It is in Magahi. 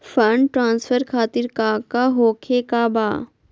फंड ट्रांसफर खातिर काका होखे का बा?